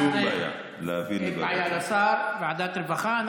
שיהיה בוועדת רווחה.